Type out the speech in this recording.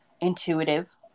intuitive